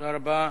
תודה רבה.